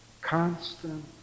constant